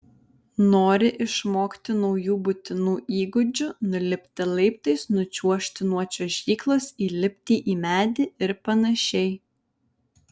nori išmokti naujų būtinų įgūdžių nulipti laiptais nučiuožti nuo čiuožyklos įlipti į medį ir panašiai